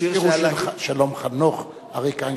השיר הוא של שלום חנוך, אריק איינשטיין שר אותו.